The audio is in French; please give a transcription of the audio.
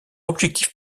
objectif